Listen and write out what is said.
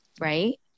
right